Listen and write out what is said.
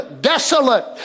desolate